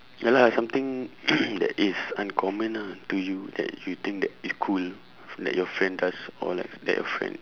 ya lah something that is uncommon ah to you that you think that it's cool like your friend does or like that your friend